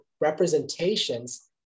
representations